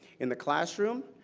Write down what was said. in the classroom,